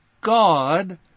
God